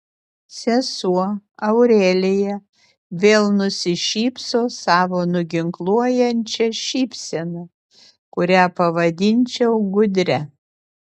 sesuo aurelija vėl nusišypso savo nuginkluojančia šypsena kurią pavadinčiau gudria